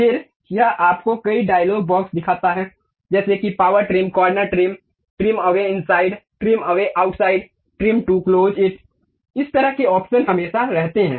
फिर यह आपको कई डायलॉग बॉक्स दिखाता है जैसे कि power trim corner trim trim away inside trim away outside trim to close it इस तरह के ऑप्शन हमेशा रहते हैं